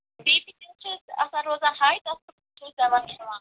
B P تہِ چھُ حظ اسہِ آسان روزان ہاے تہٕ تہِ چھِ دوا کھیٚوان